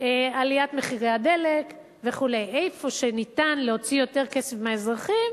עליית מחירי הדלק וכו': איפה שניתן להוציא יותר כסף מהאזרחים,